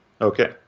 Okay